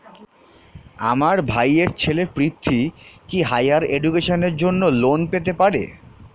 আমার ভাইয়ের ছেলে পৃথ্বী, কি হাইয়ার এডুকেশনের জন্য লোন পেতে পারে?